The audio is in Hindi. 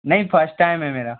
नहीं फर्स्ट टैम है मेरा